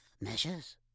Measures